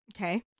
Okay